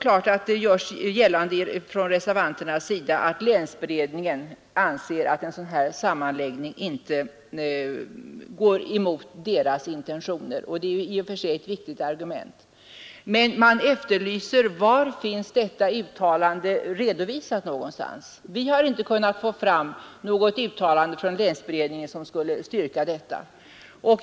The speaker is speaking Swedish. Nu gör reservanterna gällande att länsberedningen anser att en sådan här sammanläggning inte går emot dess intentioner. Det är i och för sig ett viktigt argument. Men jag efterlyser besked om var detta uttalande finns redovisat. Vi har inte kunnat få fram något uttalande från länsberedningen som skulle styrka detta.